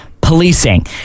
policing